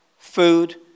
Food